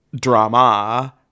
drama